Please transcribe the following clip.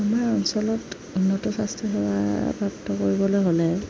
আমাৰ অঞ্চলত উন্নত স্বাস্থ্যসেৱা প্ৰ্ৰাপ্ত কৰিবলৈ হ'লে